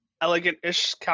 elegant-ish